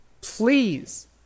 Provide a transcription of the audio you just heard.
Please